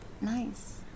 nice